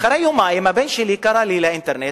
אחרי יומיים הבן שלי קרא לי לאינטרנט,